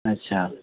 अच्छा